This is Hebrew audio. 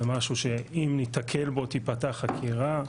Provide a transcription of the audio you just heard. זה משהו שאם נתקל בו תיפתח חקירה.